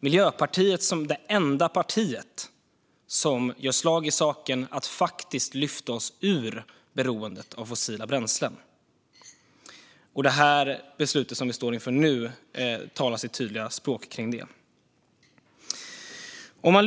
Miljöpartiet är det enda parti som gör slag i saken för att lyfta oss ur beroendet av fossila bränslen. Det beslut vi står inför nu talar sitt tydliga språk i fråga om detta.